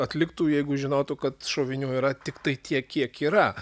atliktų jeigu žinotų kad šovinių yra tiktai tiek kiek yra